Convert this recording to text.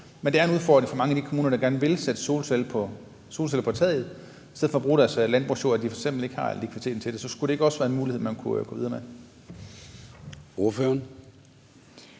Men det er en udfordring for mange af de kommuner, der gerne vil sætte solceller på tagene i stedet for at bruge deres landbrugsjord til det, at de f.eks. ikke har likviditet til det. Så skulle det ikke også være en mulighed og noget, man kunne gå videre med?